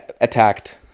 attacked